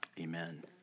Amen